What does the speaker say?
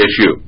issue